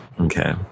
Okay